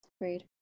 Great